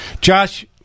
josh